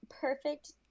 perfect